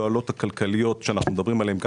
התועלות הכלכליות שאנחנו מדברים עליהן,